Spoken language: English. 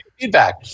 feedback